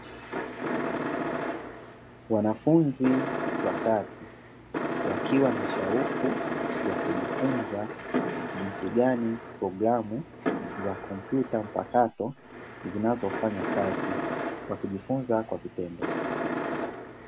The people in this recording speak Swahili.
Wanafunzi watatu wakiwa na shauku ya kujifunza jinsi gani program za kompyuta mpakato inavyofanya kazi. Wakijifunza kwa vitendo.